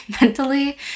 mentally